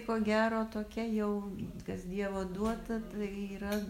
ko gero tokia jau kas dievo duota tai yra